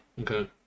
Okay